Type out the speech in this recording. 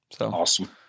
Awesome